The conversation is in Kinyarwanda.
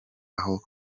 aho